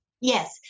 Yes